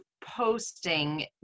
posting